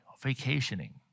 Vacationing